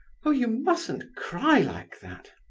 oh! you mustn't cry like that!